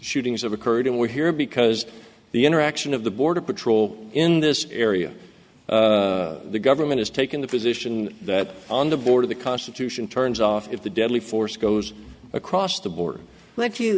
shootings have occurred and we're here because the interaction of the border patrol in this area the government has taken the position that on the border the constitution turns off if the deadly force goes across the border let you